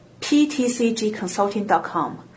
ptcgconsulting.com